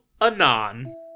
Anon